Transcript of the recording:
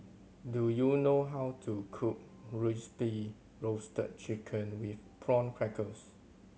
do you know how to cook Crispy Roasted Chicken with Prawn Crackers